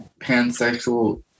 pansexual